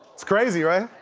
it's crazy, right?